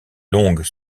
longues